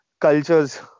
cultures